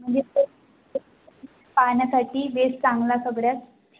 म्हणजे पाहण्यासाठी बेस्ट चांगला सगळ्यात